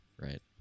Right